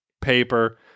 paper